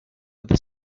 other